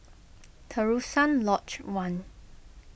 Terusan Lodge one